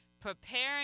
preparing